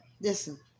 listen